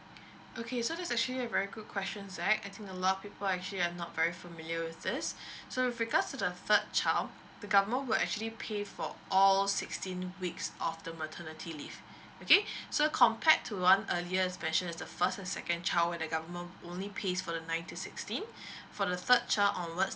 okay so that's actually a very good question zack I think a lot people are actually not very familiar with it so with regards to the third child the government will actually pay for all sixteen weeks of the maternity leave okay so compared to the one earlier as mentioned the first and the second child when the government will only pays for the nine to sixteen for the third child onwards